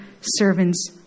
servant's